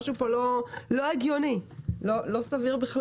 משהו כאן לא הגיוני ולא סביר.